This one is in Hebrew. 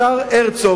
השר הרצוג,